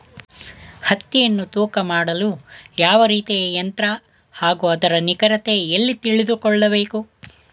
ಹತ್ತಿಯನ್ನು ತೂಕ ಮಾಡಲು ಯಾವ ರೀತಿಯ ಯಂತ್ರ ಹಾಗೂ ಅದರ ನಿಖರತೆ ಎಲ್ಲಿ ತಿಳಿದುಕೊಳ್ಳಬೇಕು?